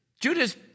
Judas